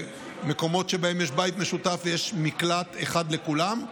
במקומות שבהם יש בית משותף ויש מקלט אחד לכולם,